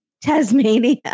Tasmania